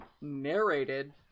narrated